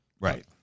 Right